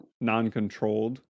non-controlled